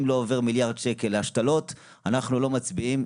לא עוברים מיליארד שקל להשתלות אנחנו לא מצביעים.